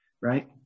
right